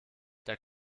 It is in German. der